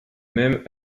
même